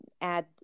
add